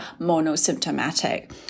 monosymptomatic